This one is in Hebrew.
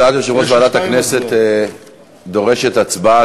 הודעת יושב-ראש ועדת הכנסת דורשת הצבעה,